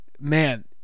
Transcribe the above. man